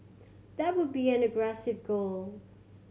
that would be an aggressive goal